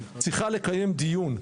ועדת הכלכלה צריכה לקיים דיון,